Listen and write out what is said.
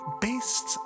based